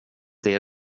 det